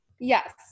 Yes